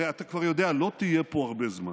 הרי אתה כבר יודע, לא תהיה פה הרבה זמן,